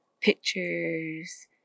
pictures